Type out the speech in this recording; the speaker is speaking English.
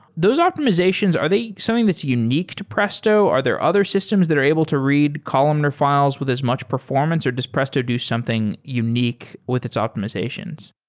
those optimizations, are they something that's unique to presto? are there other systems that are able to read columnar fi les with as much performance or does persto do something unique with its optimizations?